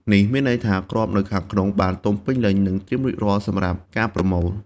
នេះមានន័យថាគ្រាប់នៅខាងក្នុងបានទុំពេញលេញ និងត្រៀមរួចរាល់សម្រាប់ការប្រមូល។